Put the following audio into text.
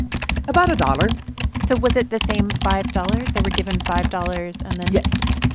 about a dollar so was it the same five dollars? they were given five dollars, and then. yes.